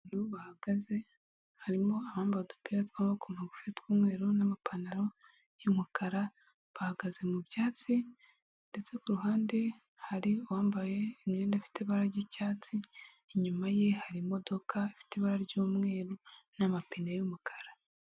Abantu bahagaze harimo abambaye udupira tw'amaboko magufi tw'umweru n'amapantaro y'umukara. Bahagaze mu byatsi, ndetse ku ruhande hari uwambaye imyenda ifite ibara ry'icyatsi. Inyuma ye hari imodoka ifite ibara ry'umweru n'amapine y'umukara.